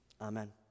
Amen